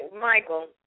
Michael